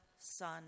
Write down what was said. son